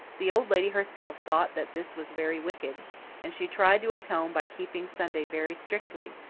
the old lady herself thought that this was very wicked and she tried to atone by keeping sunday very strictly,